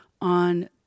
on